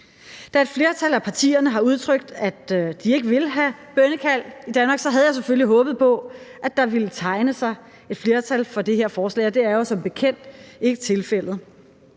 Da et flertal af partierne har udtrykt, at de ikke vil have bønnekald i Danmark, havde jeg selvfølgelig håbet på, at der ville tegne sig et flertal for det her forslag, men det er jo som bekendt ikke tilfældet.